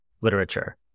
literature